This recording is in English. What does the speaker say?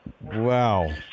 Wow